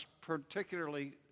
particularly